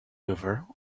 over